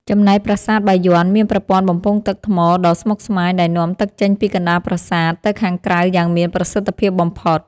ចំណែកប្រាសាទបាយ័នមានប្រព័ន្ធបំពង់ទឹកថ្មដ៏ស្មុគស្មាញដែលនាំទឹកចេញពីកណ្តាលប្រាសាទទៅខាងក្រៅយ៉ាងមានប្រសិទ្ធភាពបំផុត។